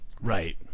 Right